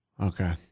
Okay